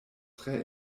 tre